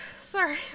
sorry